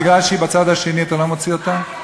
היא בצד השני אז אתה לא מוציא אותה?